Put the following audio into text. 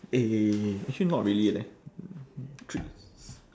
eh actually not really leh